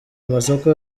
amasoko